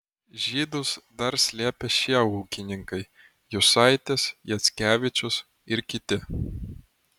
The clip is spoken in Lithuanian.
žydus dar slėpė šie ūkininkai jusaitis jackevičius ir kiti